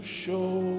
show